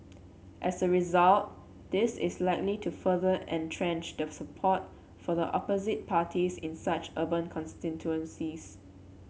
as a result this is likely to further entrench the support for the opposite parties in such urban constituencies